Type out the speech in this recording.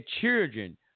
children